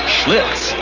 Schlitz